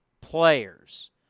players